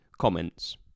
comments